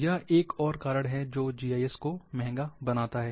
यह एक और कारण है जो जीआईएस को महंगा बनता है